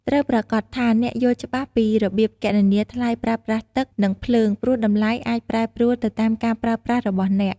ត្រូវប្រាកដថាអ្នកយល់ច្បាស់ពីរបៀបគណនាថ្លៃប្រើប្រាស់ទឹក និងភ្លើង ព្រោះតម្លៃអាចប្រែប្រួលទៅតាមការប្រើប្រាស់របស់អ្នក។